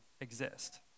exist